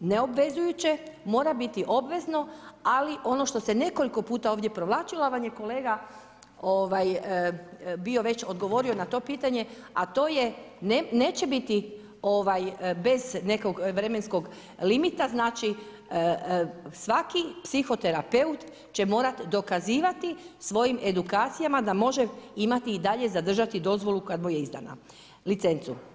neobvezujuće, mora biti obvezno, ali ono što se nekoliko puta ovdje provlačilo vam je kolega bio već odgovorio na to pitanje, a to je neće biti bez nekog vremenskog limita znači svaki psihoterapeut će morat dokazivat svojim edukacijama da može imati i dalje zadržati dozvolu koja mu je izdana, licencu.